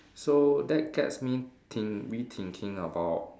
so that gets me think me thinking about